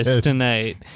tonight